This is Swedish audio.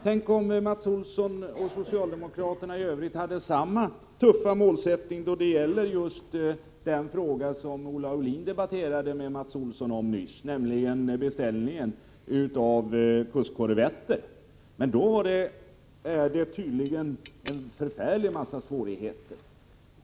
Tänk om Mats Olsson och socialdemokraterna i övrigt hade samma tuffa målsättning då det gäller den fråga som Olle Aulin debatterade med Mats Olsson nyss, nämligen beställningen av kustkorvetter. Men då är det tydligen en förfärlig massa svårigheter.